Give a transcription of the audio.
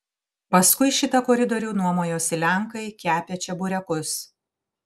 paskui šitą koridorių nuomojosi lenkai kepę čeburekus